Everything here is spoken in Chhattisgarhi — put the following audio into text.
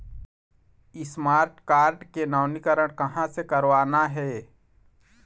स्मार्ट कारड के नवीनीकरण कहां से करवाना हे?